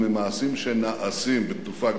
וממעשים שנעשים בתנופה גדולה.